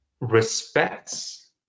respects